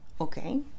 okay